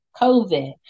COVID